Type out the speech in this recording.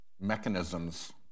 mechanisms